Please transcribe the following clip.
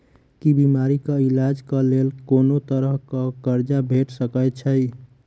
की बीमारी कऽ इलाज कऽ लेल कोनो तरह कऽ कर्जा भेट सकय छई?